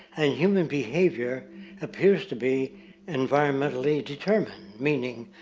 and human behavior appears to be environmentally determined. meaning,